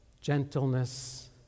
gentleness